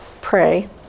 pray